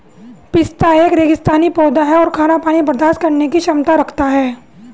पिस्ता एक रेगिस्तानी पौधा है और खारा पानी बर्दाश्त करने की क्षमता रखता है